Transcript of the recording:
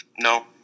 No